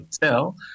Tell